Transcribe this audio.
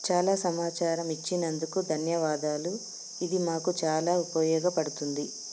చాలా సమాచారం ఇచ్చినందుకు ధన్యవాదాలు ఇది మాకు చాలా ఉపయోగపడుతుంది